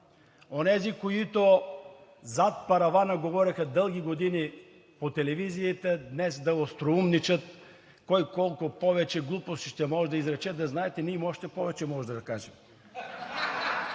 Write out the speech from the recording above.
Онези, които зад паравана говореха дълги години по телевизията, днес да остроумничат кой колко повече глупости ще може да изрече, да знаете: ние още повече можем да кажем.